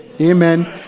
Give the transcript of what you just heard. Amen